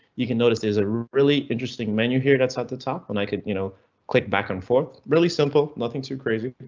you can notice there's a really interesting menu here that's at the top when i could you know click back and forth. really simple, nothing too crazy.